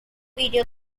video